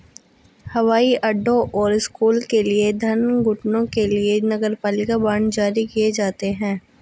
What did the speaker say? हवाई अड्डों और स्कूलों के लिए धन जुटाने के लिए नगरपालिका बांड जारी किए जाते हैं